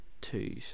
Two